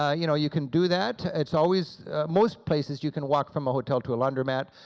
ah you know, you can do that. it's always most places you can walk from hotel to a laundromat.